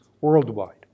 worldwide